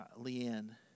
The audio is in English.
Leanne